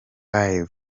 ivy